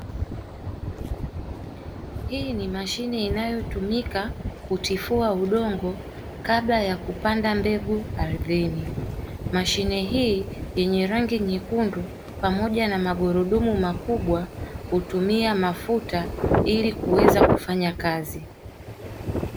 Hii ni mashine inayotumika kutifua udongo kabla ya kupanda mbegu ardhini. Mashine hii yenye rangi nyekundu pamoja na magurudumu makubwa hutumia mafuta ili kuweze kufanyakazi.